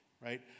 right